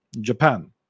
Japan